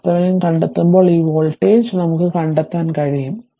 RThevenin കണ്ടെത്തുമ്പോൾ ഈ voltage sce നമുക്ക് കണ്ടെത്താൻ കഴിയും